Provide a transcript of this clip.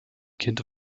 kind